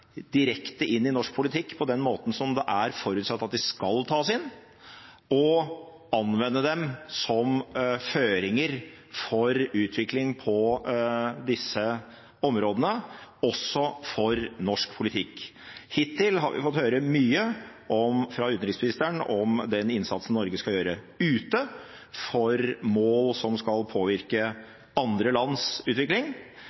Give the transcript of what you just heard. direkte inn i norsk politikk på den måten som det er forutsatt at de skal tas inn, og anvende dem som føringer for utviklingen på disse områdene, også for norsk politikk. Hittil har vi fått høre mye fra utenriksministeren om den innsatsen Norge skal gjøre ute for mål som skal påvirke andre lands utvikling,